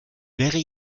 wäre